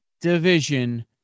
division